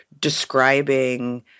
describing